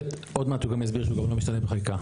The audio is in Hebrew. עוד מעט הוא גם יסביר שהוא גם לא משתנה בחקיקה.